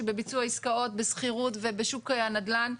בביצוע עסקאות בשכירות ובשוק הנדל"ן,